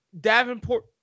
Davenport